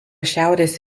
šiaurės